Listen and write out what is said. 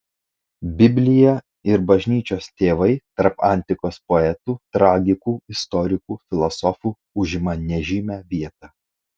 biblija ir bažnyčios tėvai tarp antikos poetų tragikų istorikų filosofų užima nežymią vietą